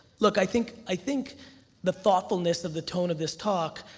look, i think i think the thoughtfulness of the tone of this talk,